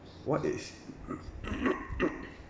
what is